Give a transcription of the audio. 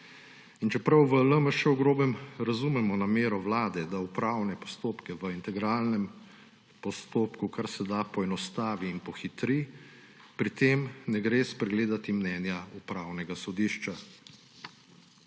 In čeprav v LMŠ v grobem razumemo namero Vlade, da upravne postopke v integralnem postopku karseda poenostavi in pohitri, pri tem ne gre spregledati mnenja Upravnega sodišča.